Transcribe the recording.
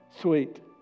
sweet